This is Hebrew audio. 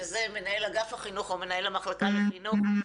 וזה מנהל אגף החינוך או מנהל המחלקה לחינוך.